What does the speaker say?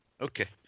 Okay